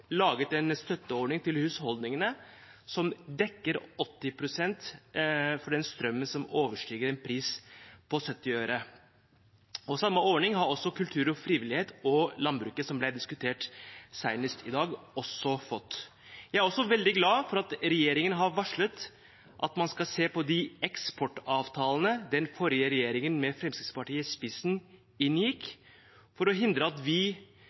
laget en støtteordning til husholdningene som dekker 80 pst. av den strømmen som overstiger en pris på 70 øre. Samme ordning har kultur og frivillighet fått, og også landbruket, som ble diskutert senest i dag. Jeg er også veldig glad for at regjeringen har varslet at man skal se på de eksportavtalene den forrige regjeringen, med Fremskrittspartiet i spissen, inngikk, for å hindre at vi